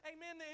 Amen